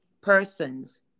persons